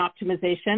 Optimization